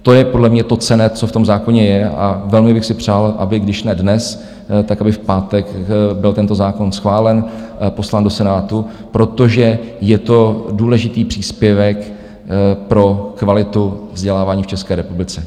To je podle mě to cenné, co v tom zákoně je, a velmi bych si přál, aby když ne dnes, tak aby v pátek byl tento zákon schválen, poslán do Senátu, protože je to důležitý příspěvek pro kvalitu vzdělávání v České republice.